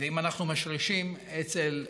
אם אנחנו משרישים אצל בוגר,